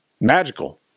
magical